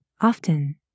Often